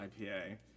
IPA